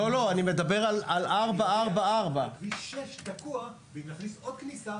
אני מדבר על 444. כביש 6 תקוע ואם תכניס עוד כניסה,